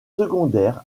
secondaires